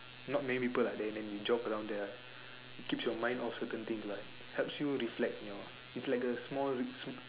not many people are there then you jog around there keeps your mind off certain things lah helps you reflect your is like a small like small